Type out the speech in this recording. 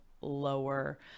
lower